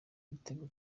igitego